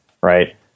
right